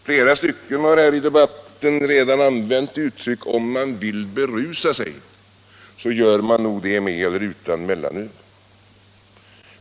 Flera talare har här i debatten använt uttrycket: Om man vill berusa sig gör man det med eller utan mellanöl.